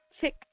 Chick